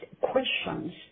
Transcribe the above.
questions